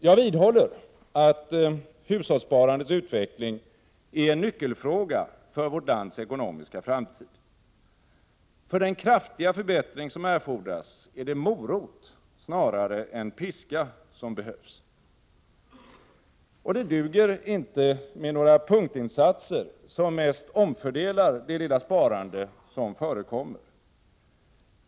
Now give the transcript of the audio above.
Jag vidhåller att hushållssparandets utveckling är en nyckelfråga för vårt lands ekonomiska framtid. För den kraftiga förbättring som erfordras är det morot snarare än piska som behövs. Och det duger inte med några punktinsatser, som mest omfördelar det lilla sparande som förekommer.